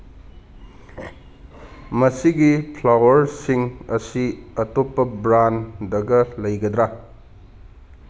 ꯃꯁꯤꯒꯤ ꯐ꯭ꯂꯋꯥꯔꯁꯤꯡ ꯑꯁꯤ ꯑꯇꯣꯞꯄ ꯕ꯭ꯔꯥꯟꯗꯒ ꯂꯩꯒꯗ꯭ꯔꯥ